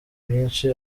myinshi